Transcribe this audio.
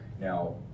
Now